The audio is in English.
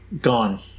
gone